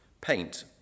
paint